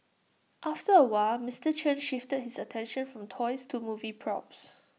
after A while Mister Chen shifted his attention from toys to movie props